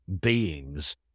beings